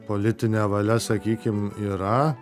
politinė valia sakykim yra